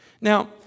Now